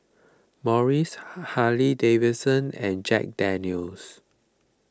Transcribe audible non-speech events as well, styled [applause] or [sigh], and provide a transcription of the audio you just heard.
Morries [hesitation] Harley Davidson and Jack Daniel's